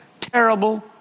terrible